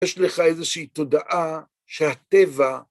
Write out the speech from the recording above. יש לך איזושהי תודעה שהטבע